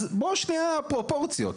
אז בוא שנייה, פרופורציות.